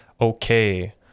okay